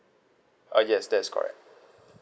uh yes that's correct